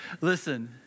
Listen